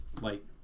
Light